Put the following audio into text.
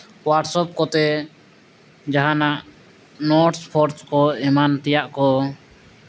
WhatsApp ᱠᱚᱛᱮ ᱡᱟᱦᱟᱱᱟᱜ notes photos ᱠᱚ ᱮᱢᱟᱱ ᱛᱮᱭᱟᱜ ᱠᱚ